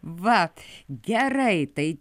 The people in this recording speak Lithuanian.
vat gerai tai